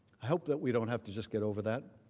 i hope that we don't have to just get over that.